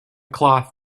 cloth